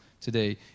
today